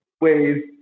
ways